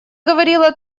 говорила